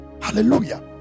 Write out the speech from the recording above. hallelujah